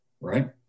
Right